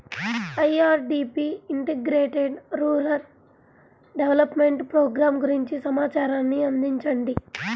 IRDP integrated rural development programme గురించి సమాచారాన్ని అందించండి?